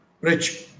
rich